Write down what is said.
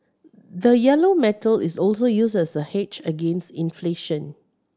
the yellow metal is also used as a hedge against inflation